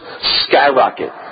skyrocket